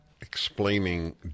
explaining